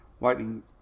Lightning